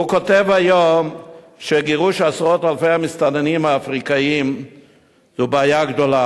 והוא כותב היום שגירוש עשרות אלפי המסתננים האפריקנים זו בעיה גדולה,